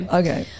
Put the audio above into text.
okay